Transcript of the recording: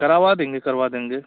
करवा देंगे करवा देंगे